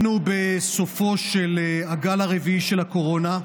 אנחנו בסופו של הגל הרביעי של הקורונה,